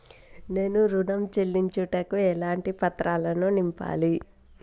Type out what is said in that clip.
నేను ఋణం చెల్లించుటకు ఎలాంటి పత్రాలను నింపాలి?